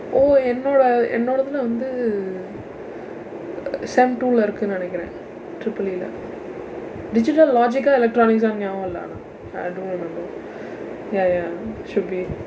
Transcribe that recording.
என்னோட என்னோடத்தில வந்து:ennooda ennodaththil vandthu sem two இல்ல இருக்கு நினைக்கிறேன்:illa irukku ninaikkireen triple E இல்ல:illa digital logic ah electronics ah ஞாபகம் இல்லை ஆனா:nyaapakam illai aanaa I don't remember ya ya should be